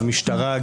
משטרה,